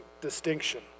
distinction